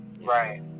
Right